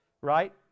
right